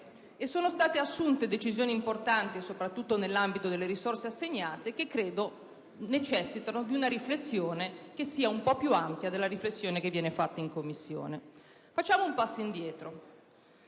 ...sono state assunte decisioni importanti, soprattutto nell'ambito delle risorse assegnate, che credo necessitino di una riflessione più ampia di quella fatta in Commissione. Facciamo un passo indietro.